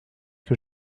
que